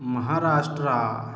Maharashtra